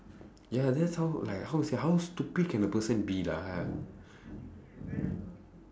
ya that's how like how sia how stupid can a person be lah !hais!